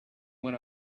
when